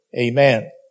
Amen